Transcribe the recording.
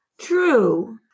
True